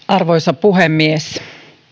arvoisa puhemies